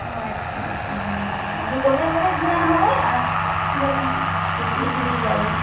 ও আচ্ছা তিনদিনের জন্য আচ্ছা কোথায় কোথায় ঘোরানো হবে আর কীরকম একটু যদি বলেন